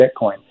Bitcoin